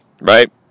Right